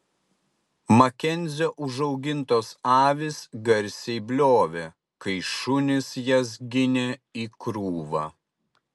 makenzio užaugintos avys garsiai bliovė kai šunys jas ginė į krūvą